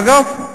אגב,